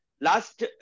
Last